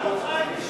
גם אותך הם האשימו,